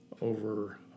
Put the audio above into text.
over